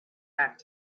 back